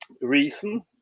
reason